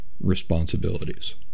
responsibilities